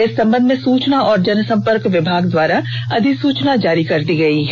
इस संबंध में सूचना एवं जनसंपर्क विभाग द्वारा अधिसूचना जारी कर दी गई है